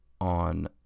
on